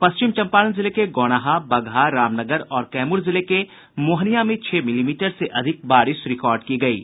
पश्चिम चंपारण जिले के गौनाहा बगहा रामनगर और कैमूर जिले के मोहनियां में छह मिलीमीटर से अधिक बारिश दर्ज की गयी है